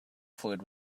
fluid